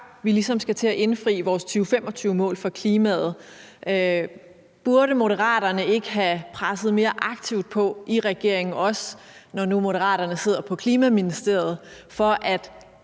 vi skal til at indfri vores 2025-mål for klimaet. Burde Moderaterne ikke have presset mere aktivt på i regeringen, også når Moderaterne nu sidder på klimaministeriet, for at